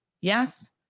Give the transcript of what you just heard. Yes